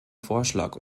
vorschlag